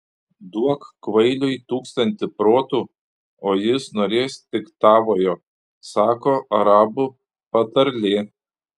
duok kvailiui tūkstantį protų o jis norės tik tavojo sako arabų patarlė